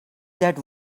that